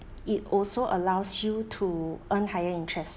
it also allows you to earn higher interest